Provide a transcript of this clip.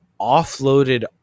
offloaded